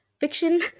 fiction